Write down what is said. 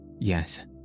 Yes